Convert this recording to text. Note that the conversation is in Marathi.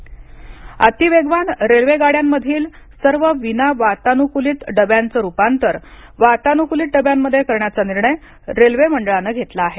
रेल्वे डबे अतिवेगवान रेल्वे गाड्यांमधील सर्व विना वातानुकुलित डब्यांचं रुपांतर वातानुकुलीत डब्यांमध्ये करण्याचा निर्णय रेल्वे मंडळानं घेतला आहे